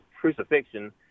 crucifixion